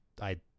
I-